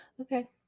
Okay